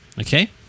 Okay